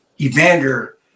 evander